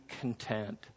content